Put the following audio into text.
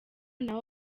naho